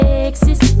Texas